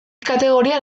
kategoria